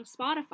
Spotify